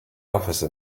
office